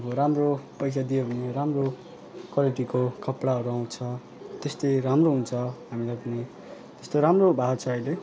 अब राम्रो पैसा दियो भने राम्रो क्वालिटीको कपडाहरू आउँछ त्यस्तै राम्रो हुन्छ हामीलाई पनि त्यस्तो राम्रो भएको छ अहिले